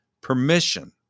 permission